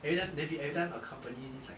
and then maybe everytime a company needs like